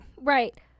right